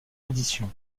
édition